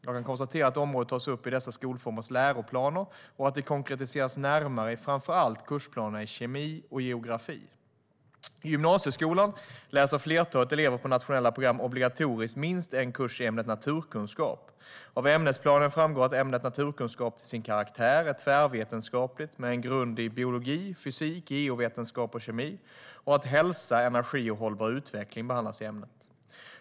Jag kan konstatera att området tas upp i dessa skolformers läroplaner och att det konkretiseras närmare i framför allt kursplanerna i kemi och geografi. I gymnasieskolan läser flertalet elever på nationella program obligatoriskt minst en kurs i ämnet naturkunskap. Av ämnesplanen framgår att ämnet naturkunskap till sin karaktär är tvärvetenskapligt med en grund i biologi, fysik, geovetenskap och kemi och att hälsa, energi och hållbar utveckling behandlas i ämnet.